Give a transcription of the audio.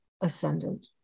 ascendant